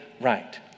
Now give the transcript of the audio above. right